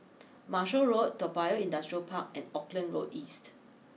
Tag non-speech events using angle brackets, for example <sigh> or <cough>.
<noise> Marshall Road Toa Payoh Industrial Park and Auckland Road East